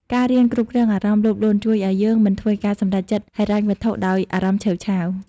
ការរៀនគ្រប់គ្រងអារម្មណ៍លោភលន់ ជួយឱ្យយើងមិនធ្វើការសម្រេចចិត្តហិរញ្ញវត្ថុដោយអារម្មណ៍ឆេវឆាវ។